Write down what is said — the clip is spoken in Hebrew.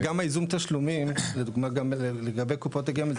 גם ייזום תשלומים לגבי קופות הגמל,